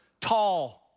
tall